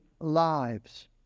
lives